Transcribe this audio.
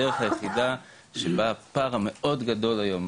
הדרך היחידה שבה הפער המאוד גדול היום,